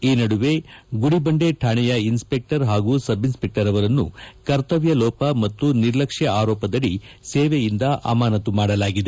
ಈ ನಡುವೆ ಗುಡಿಬಂಡೆ ರಾಣೆಯ ಇನ್ಸ್ಪೆಕ್ಟರ್ ಹಾಗೂ ಸಬ್ ಇನ್ಸಪೆಕ್ಟರ್ ಅವರನ್ನು ಕರ್ತವ್ಯ ಲೋಪ ಮತ್ತು ನಿರ್ಲಕ್ಷ್ ಆರೋಪದಡಿ ಸೇವೆಯಿಂದ ಅಮಾನತು ಮಾಡಲಾಗಿದೆ